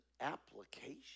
application